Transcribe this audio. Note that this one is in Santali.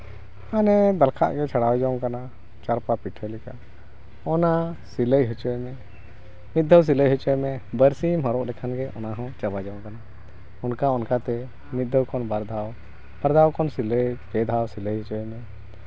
ᱢᱟᱱᱮ ᱪᱷᱟᱲᱟᱣ ᱡᱚᱝ ᱠᱟᱱᱟ ᱪᱟᱯᱲᱟ ᱯᱤᱴᱷᱟᱹ ᱞᱮᱠᱟ ᱚᱱᱟ ᱥᱤᱞᱟᱹᱭ ᱦᱚᱪᱚᱭ ᱢᱮ ᱢᱤᱫ ᱫᱷᱟᱣ ᱥᱤᱞᱟᱹᱭ ᱦᱚᱪᱚᱭ ᱢᱮ ᱵᱟᱨᱥᱤᱧ ᱮᱢ ᱦᱚᱨᱚᱜ ᱞᱮᱠᱷᱟᱱ ᱜᱮ ᱚᱱᱟ ᱦᱚᱸ ᱪᱟᱵᱟ ᱜᱚᱫᱚᱜ ᱠᱟᱱᱟ ᱚᱱᱠᱟ ᱚᱱᱠᱟᱛᱮ ᱢᱤᱫ ᱫᱷᱟᱣ ᱠᱷᱚᱱ ᱵᱟᱨ ᱫᱷᱟᱣ ᱵᱟᱨ ᱫᱷᱟᱣ ᱠᱷᱚᱱ ᱥᱤᱞᱟᱹᱭ ᱯᱮ ᱫᱷᱟᱣ ᱥᱤᱞᱟᱹᱭ ᱦᱚᱪᱚᱭ ᱢᱮ